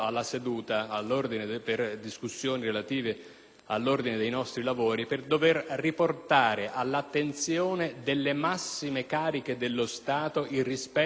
all'ordine dei nostri lavori, per la necessità di riportare all'attenzione delle massime cariche dello Stato il rispetto della Costituzione.